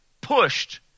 pushed